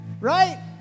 Right